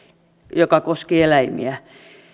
joka koski eläimiä